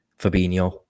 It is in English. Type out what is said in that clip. fabinho